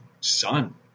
son